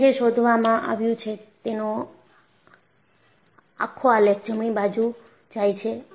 અહીંયા જે શોધવામાં આવે છે તેનો આખો આલેખ જમણી બાજુ જાય છે